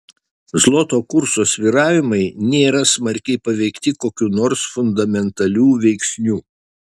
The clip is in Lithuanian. zloto kurso svyravimai nėra smarkiai paveikti kokių nors fundamentalių veiksnių